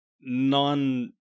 non